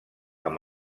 amb